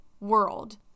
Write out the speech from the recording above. world